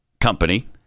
company